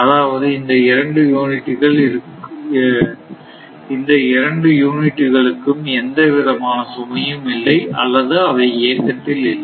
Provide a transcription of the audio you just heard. அதாவது அந்த 2 யூனிட்டுகள் இருக்கும் எந்த விதமான சுமையும் இல்லை அல்லது அவை இயக்கத்தில் இல்லை